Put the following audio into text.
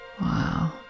Wow